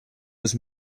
was